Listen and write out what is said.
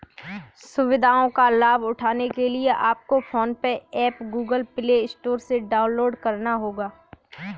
सुविधाओं का लाभ उठाने के लिए आपको PhonePe app Google Play Store से डाउनलोड करना होगा